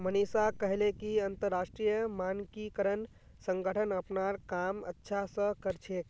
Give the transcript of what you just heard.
मनीषा कहले कि अंतरराष्ट्रीय मानकीकरण संगठन अपनार काम अच्छा स कर छेक